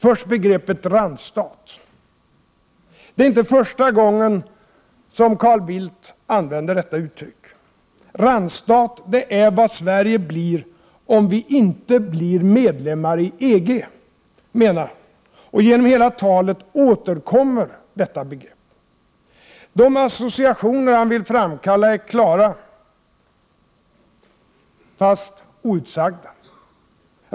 Först något om begreppet randstat. Det är inte första gången som Carl Bildt använder detta uttryck. Randstat är vad Sverige blir om Sverige vi inte blir medlem i EG, menar han. I hela talet återkommer detta begrepp. De associationer som han vill framkalla är klara, fast outsagda.